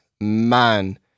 Man